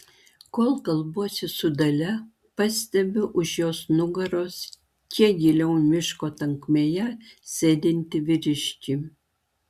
kol kalbuosi su dalia pastebiu už jos nugaros kiek giliau miško tankmėje sėdintį vyriškį